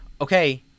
okay